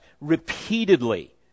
repeatedly